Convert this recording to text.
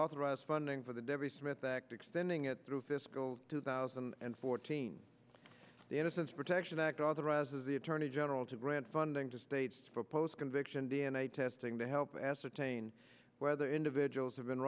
authorize funding for the devry smith act extending it through fiscal two thousand and fourteen the innocence protection act authorizes the attorney general to grant funding to states for post conviction d n a testing to help ascertain whether individuals have been